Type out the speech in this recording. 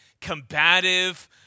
combative